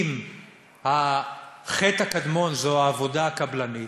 אם החטא הקדמון הוא העבודה הקבלנית,